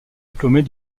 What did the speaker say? diplômés